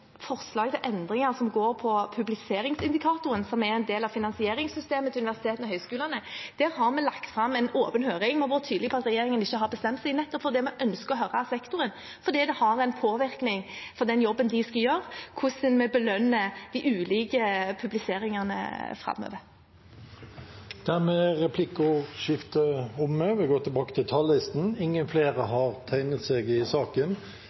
forslag til endringer, som går på publiseringsindikatoren som er en del av finansieringssystemet til universitetene og høyskolene. Vi har lagt opp til en åpen høring, og vi har vært tydelig på at regjeringen ikke har bestemt seg. Vi ønsker å høre sektoren fordi den jobben de skal gjøre, påvirkes av hvordan vi belønner de ulike publiseringene framover. Replikkordskiftet er omme. Flere har ikke bedt om ordet til sak nr. 13. Vi er da klare til å gå til